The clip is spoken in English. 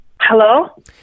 Hello